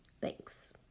Thanks